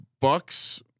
Bucks